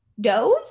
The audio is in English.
dove